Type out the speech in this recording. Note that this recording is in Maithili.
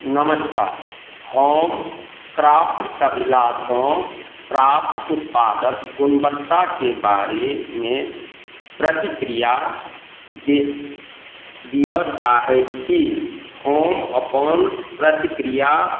नमस्कार हम क्राफ्ट्सविलासँ प्राप्त उत्पादके गुणवत्ताके बारेमे प्रतिक्रिया दै दिअऽ चाहै छी हम अपन प्रतिक्रिया